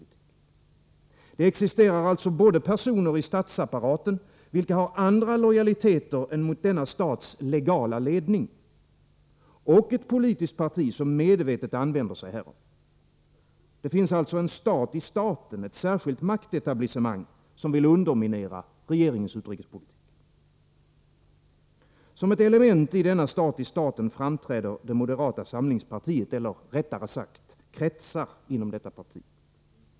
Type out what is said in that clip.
Det existerar alltså både personer i statsapparaten, vilka har andra lojaliteter än mot denna stats legala ledning, och ett politiskt parti, som medvetet använder sig härav. Det finns alltså en stat i staten, ett särskilt maktetablissemang, som vill underminera regeringens utrikespolitik. Som ett element i denna stat i staten framträder det moderata samlingspartiet eller rättare sagt kretsar inom detta parti.